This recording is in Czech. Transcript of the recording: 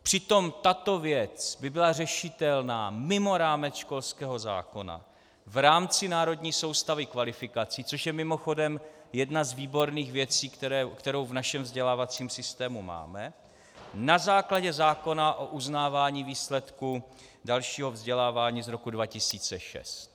Přitom tato věc by byla řešitelná mimo rámec školského zákona v rámci národní soustavy kvalifikací, což je mimochodem jedna z výborných věcí, kterou v našem vzdělávacím systému máme na základě zákona o uznávání výsledků dalšího vzdělávání z roku 2006.